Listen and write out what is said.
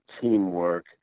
teamwork